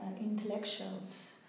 intellectuals